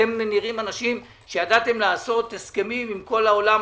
אתם נראים אנשים שידעתם לעשות הסכמים עם כל העולם.